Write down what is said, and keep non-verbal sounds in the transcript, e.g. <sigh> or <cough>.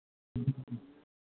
<unintelligible>